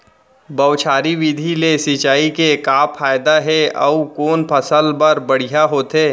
बौछारी विधि ले सिंचाई के का फायदा हे अऊ कोन फसल बर बढ़िया होथे?